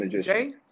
Jay